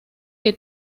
que